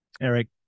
Eric